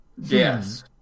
Yes